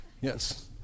Yes